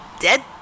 dead